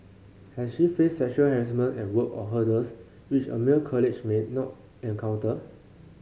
has she faced sexual harassment at work or hurdles which a male colleague might not encounter